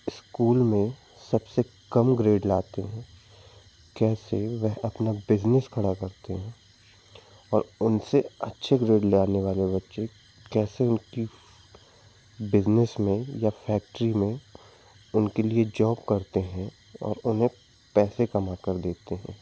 school में सबसे कम ग्रेड लाते हैं कैसे वह अपना बिज़नेस खड़ा करते हैं और उन से अच्छे ग्रेड लाने वाले बच्चे कैसे उनकी बिज़नेस में या फ़ैक्टरी में उनके लिए जॉब करते हैं और उन्हें पैसे कमा कर देते हैं